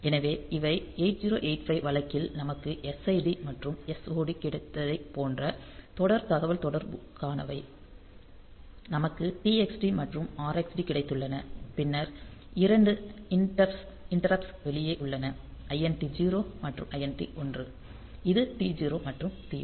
எனவே இவை 8085 வழக்கில் நமக்கு SID மற்றும் SOD கிடைத்ததைப் போன்ற தொடர் தகவல்தொடர்புக்கானவை நமக்கு TXD மற்றும் RXD கிடைத்துள்ளன பின்னர் 2 இண்டிரப்ட்ஸ் வெளியே உள்ளன int 0 மற்றும் int 1 இது T0 மற்றும் T1